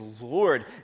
Lord